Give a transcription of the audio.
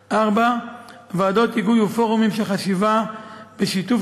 4. ועדות היגוי ופורומים של חשיבה בשיתוף